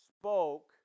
spoke